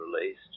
released